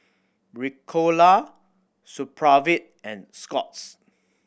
Ricola Supravit and Scott's